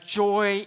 joy